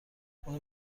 اونو